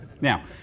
Now